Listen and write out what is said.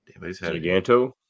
Giganto